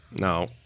No